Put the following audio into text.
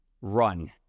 run